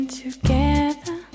together